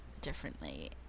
differently